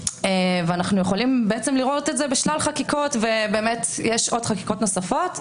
ואנחנו יכולים לראות את זה בשלל חקיקות ויש עוד חקיקות נוספות.